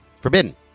forbidden